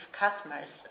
customers